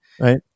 Right